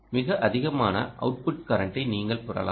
மிக அதிகமான அவுட்புட் கரெண்ட்டை நீங்கள் பெறலாம்